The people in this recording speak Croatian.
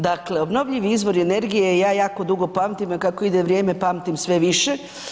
Dakle, obnovljivi izvori energije ja jako dugo pamtim, a kako ide vrijeme pamtim sve više.